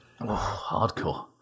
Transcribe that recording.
Hardcore